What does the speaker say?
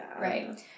right